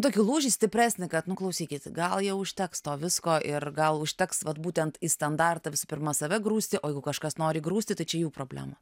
tokį lūžį stipresnį kad nu klausykit gal jau užteks to visko ir gal užteks vat būtent į standartą pirma save grūsti o jeigu kažkas nori grūsti tai čia jų problema